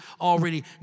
already